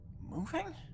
moving